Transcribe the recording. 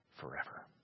forever